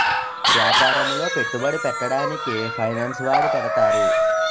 యాపారములో పెట్టుబడి పెట్టడానికి ఫైనాన్స్ వాడి పెడతారు